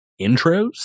intros